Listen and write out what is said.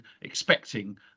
expecting